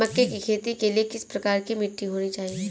मक्के की खेती के लिए किस प्रकार की मिट्टी होनी चाहिए?